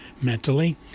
mentally